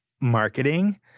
marketing